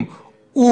אבל ישנם מקרים אחרים,